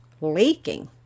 leaking